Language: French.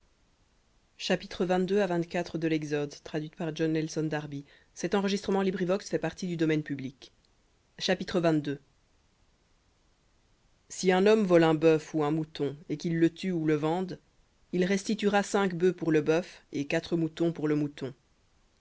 et si un homme vole un bœuf ou un mouton et qu'il le tue ou le vende il restituera cinq bœufs pour le bœuf et quatre moutons pour le mouton